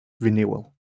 renewal